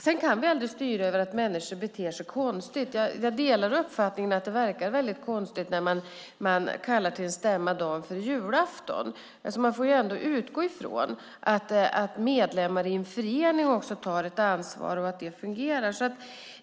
Sedan kan vi aldrig styra över att människor beter sig konstigt. Jag delar uppfattningen att det verkar konstigt när man kallar till en stämma dagen före julafton. Man får ändå utgå från att medlemmar i en förening också tar ett ansvar och att det fungerar.